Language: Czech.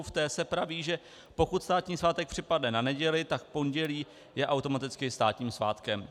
V té se praví, že pokud státní svátek připadne na neděli, tak pondělí je automaticky státním svátkem.